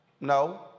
No